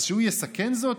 אז שהוא יסכן זאת?